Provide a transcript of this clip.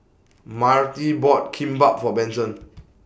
Myrtie bought Kimbap For Benson